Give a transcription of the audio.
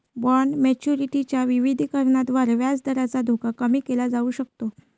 bond maturity च्या विविधीकरणाद्वारे व्याजदराचा धोका कमी केला जाऊ शकतो